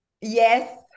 Yes